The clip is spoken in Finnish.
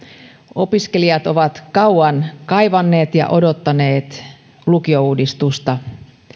opiskelijat ovat kauan kaivanneet ja odottaneet lukiouudistusta